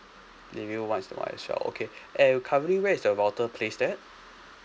living room once in a while sure okay and currently where is the router placed at